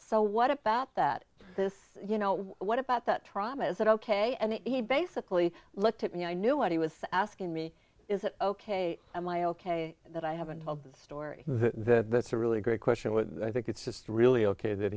so what about that this you know what about that trauma is that ok and he basically looked at me i knew what he was asking me is that ok am i ok that i haven't told the story that that's a really great question but i think it's just really ok that